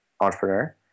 entrepreneur